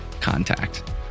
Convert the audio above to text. contact